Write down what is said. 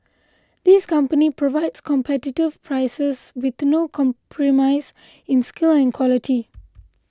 this company provides competitive prices with no compromise in skill and quality